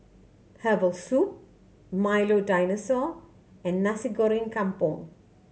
herbal soup Milo Dinosaur and Nasi Goreng Kampung